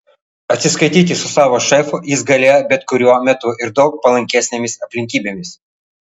atsiskaityti su savo šefu jis galėjo bet kuriuo metu ir daug palankesnėmis aplinkybėmis